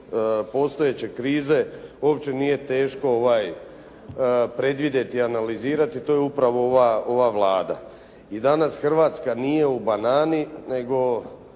postojeće krize uopće nije teško predvidjeti, analizirati. To je upravo ova Vlada. I danas Hrvatska nije u banani, nego